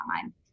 time